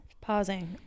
pausing